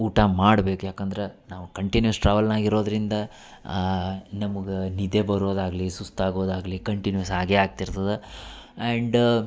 ಊಟ ಮಾಡ್ಬೇಕು ಯಾಕಂದ್ರ ನಾವು ಕಂಟಿನ್ಯೂಸ್ ಟ್ರಾವೆಲ್ನಾಗೆ ಇರೋದರಿಂದ ನಮ್ಗ ನಿದ್ದೆ ಬರೋದಾಗಲಿ ಸುಸ್ತು ಆಗೋದಾಗಲಿ ಕಂಟಿನ್ಯೂಸ್ ಆಗೆ ಆಗ್ತಿರ್ತದ ಆ್ಯಂಡ್